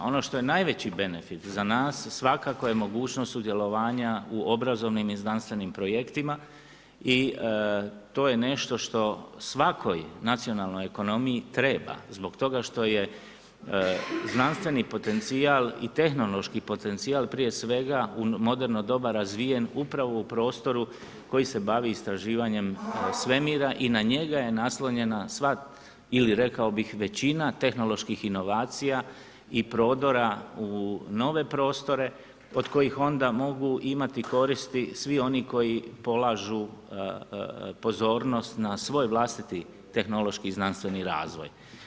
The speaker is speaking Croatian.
Ono što je najveći benefit za nas svakako je mogućnost sudjelovanja u obrazovnim i znanstvenim projektima i to je nešto što svakoj nacionalnoj ekonomiji treba zbog toga što je znanstveni potencijal i tehnološki potencijal prije svega u moderno doba razvijen upravo u prostoru koji se bavi istraživanjem svemira i na njega je naslonjena sva ili rekao bih, većina tehnoloških inovacija i prodora u nove prostore od kojih onda mogu imati koristi svi oni koji polažu pozornost na svoj vlastiti tehnološki i znanstveni razvoj.